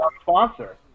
sponsor